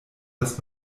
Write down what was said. das